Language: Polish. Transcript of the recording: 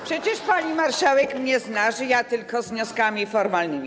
Przecież pani marszałek mnie zna, ja tylko z wnioskami formalnymi.